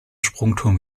sprungturm